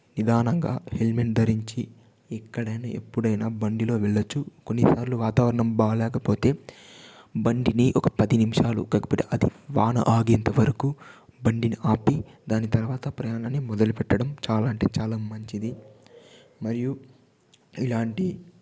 నిదానంగా హెల్మెట్ ధరించి ఇక్కడే ఎప్పుడైనా బండిలో వెళ్ళచ్చు కొన్నిసార్లు వాతావరణం బాగోలేకపోతే బండిని ఒక పది నిమిషాలు అది వాన ఆగేంత వరకు బండిని ఆపి దాని తర్వాత ప్రయాణాన్ని మొదలుపెట్టడం చాలా అంటే చాలా మంచిది మరియు ఇలాంటి